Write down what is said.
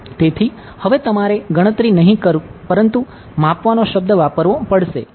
તેથી હવે તમારે ગણતરી નહીં પરંતુ માપવાનો શબ્દ વાપરવો પડશે